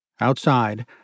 Outside